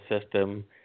system